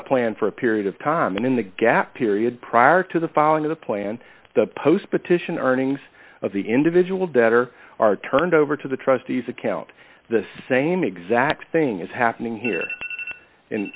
a plan for a period of time in the gap period prior to the filing of the plan the post petition earnings of the individual debtor are turned over to the trustees account the same exact thing is happening here i